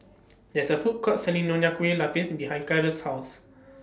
There IS A Food Court Selling Nonya Kueh Lapis behind Karol's House